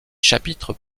chapitres